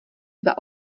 dva